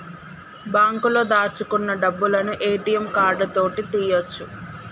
బాంకులో దాచుకున్న డబ్బులను ఏ.టి.యం కార్డు తోటి తీయ్యొచు